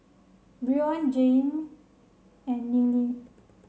Brion Jayme and Neely